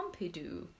Pompidou